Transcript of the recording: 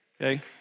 Okay